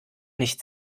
nicht